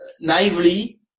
naively